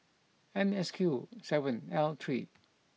N S Q seven L three